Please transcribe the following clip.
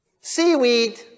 Seaweed